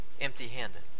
empty-handed